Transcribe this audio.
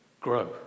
grow